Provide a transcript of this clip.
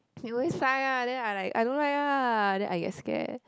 he always sigh ah then I like don't like lah then I get scared